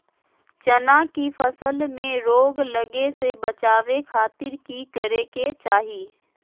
चना की फसल में रोग लगे से बचावे खातिर की करे के चाही?